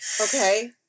Okay